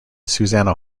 susannah